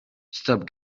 stop